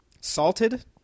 Salted